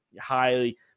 highly